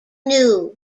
knew